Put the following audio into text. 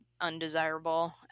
undesirable